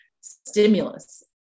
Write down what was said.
stimulus